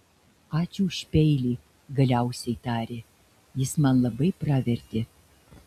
ačiū už peilį galiausiai tarė jis man labai pravertė